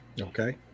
Okay